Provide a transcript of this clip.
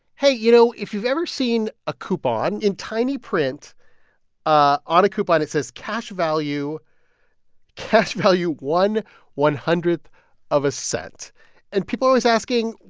hey, you know, if you've ever seen a coupon, in tiny print ah on a coupon, it says cash value cash value one one-hundredth of a cent and people are always asking,